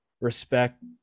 respect